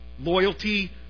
Loyalty